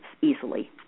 easily